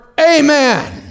amen